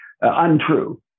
untrue